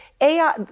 AI